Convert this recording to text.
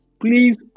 please